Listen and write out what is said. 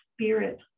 spirit